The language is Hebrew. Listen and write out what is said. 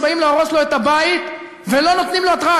שבאים להרוס לו את הבית ולא נותנים לו התראה.